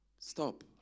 Stop